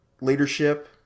Leadership